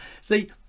See